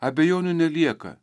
abejonių nelieka